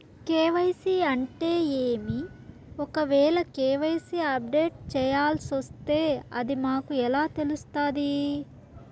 KYC అంటే ఏమి? ఒకవేల కె.వై.సి అప్డేట్ చేయాల్సొస్తే అది మాకు ఎలా తెలుస్తాది?